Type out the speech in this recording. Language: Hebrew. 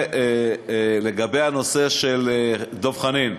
דב חנין,